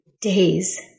Days